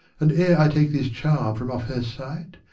and ere i take this charm from off her sight,